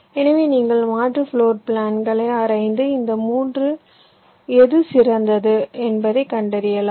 எனவே நீங்கள் மாற்று ப்ளோர் பிளான்களை ஆராய்ந்து இந்த 3 இல் எது சிறந்தது என்பதைக் கண்டறியலாம்